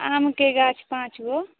आमके गाछ पाँच गो